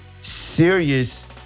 serious